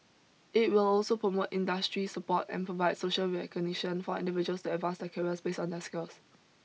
it will also promote industry support and provide social recognition for individuals to advance their careers based on their skills